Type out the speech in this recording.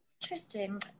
Interesting